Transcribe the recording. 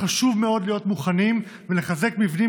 חשוב מאוד להיות מוכנים ולחזק מבנים